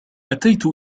أتيت